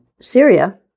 Syria